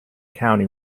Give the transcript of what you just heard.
county